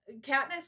Katniss